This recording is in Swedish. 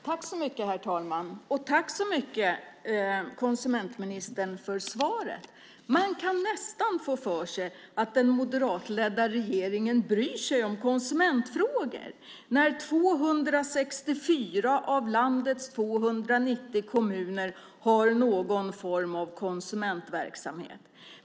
Herr talman! Tack så mycket för svaret, konsumentministern! När 264 av landets 290 kommuner har någon form av konsumentverksamhet kan man nästan få för sig att den moderatledda regeringen bryr sig om konsumentfrågor.